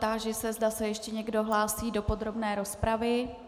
Táži se, zda se ještě někdo hlásí do podrobné rozpravy.